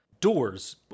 doors